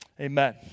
amen